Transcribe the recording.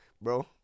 bro